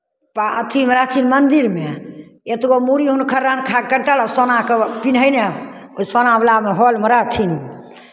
पा अथिमे मन्दिरमे अतबो मूरी हुनकर आधा कटल आ सोनाके पिन्हयने ओ सोनावलामे हॉलमे रहथिन